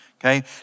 Okay